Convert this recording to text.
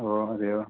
ഓ അതെയോ